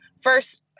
first